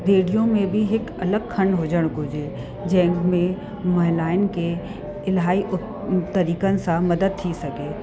radio में बि हिकु अलॻि खंडु हुजणु खपे जंहिंमें महिलाउनि खे इलाही तरीक़नि सां मदद थी सघे